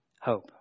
hope